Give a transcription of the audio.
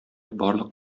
барлык